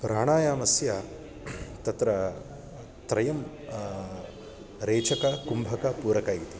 प्राणायामस्य तत्र त्रयं रेचकः कुम्भकः पूरकः इति